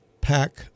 pack